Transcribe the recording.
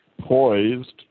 poised